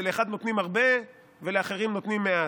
כשלאחד נותנים הרבה ולאחרים נותנים מעט.